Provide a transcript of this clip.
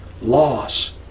loss